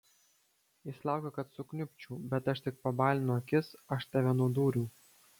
jis laukia kad sukniubčiau bet aš tik pabalinu akis aš tave nudūriau